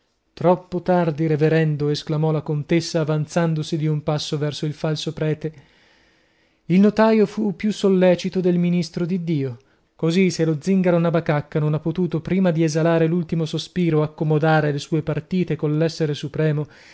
troppo tardi reverendo esclamò la contessa avanzandosi di un passo verso il falso prete il notaio fu più sollecito del ministro di dio così se lo zingaro nabakak non ha potuto prima di esalare l'ultimo sospiro accomodare le sue partite coll'essere supremo